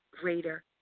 greater